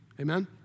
Amen